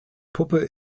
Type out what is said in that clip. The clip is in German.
puppe